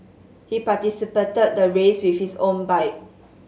he participated the race with his own bike